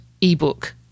ebook